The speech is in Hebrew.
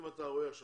אם אתה רואה עכשיו,